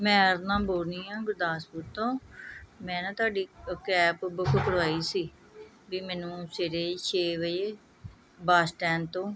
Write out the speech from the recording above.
ਮੈਂ ਅਰੁਨਾ ਬੋਲ ਰਹੀ ਹਾਂ ਗੁਰਦਾਸਪੁਰ ਤੋਂ ਮੈਂ ਨਾ ਤੁਹਾਡੀ ਅ ਕੈਬ ਬੁੱਕ ਕਰਵਾਈ ਸੀ ਵੀ ਮੈਨੂੰ ਸਵੇਰੇ ਛੇ ਵਜੇ ਬੱਸ ਸਟੈਂਡ ਤੋਂ